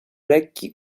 lekki